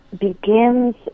begins